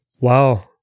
Wow